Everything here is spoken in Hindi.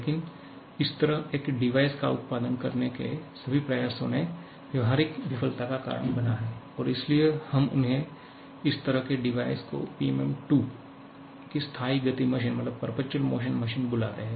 लेकिन इस तरह एक डिवाइस का उत्पादन करने के सभी प्रयासों ने व्यावहारिक विफलता का कारण बना है और इसलिए हम उन्हें इस तरह के डिवाइस को PMM II की स्थायी गति मशीन बुलाते है